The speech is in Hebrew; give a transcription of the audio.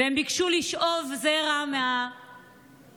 והם ביקשו לשאוב זרע מהחלל,